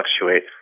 fluctuate